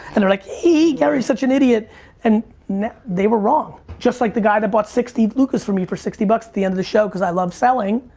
and they're like, hey, gary's such an idiot and they were wrong just like the guy that bought sixty lukas from me for sixty bucks at the end of the show cause i love selling.